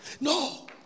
No